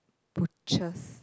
butchers